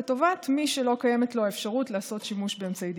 לטובת מי שלא קיימת לו האפשרות לעשות שימוש באמצעי דיגיטלי.